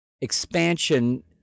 expansion